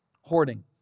Hoarding